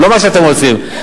לא מה שאתם רוצים.